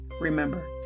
Remember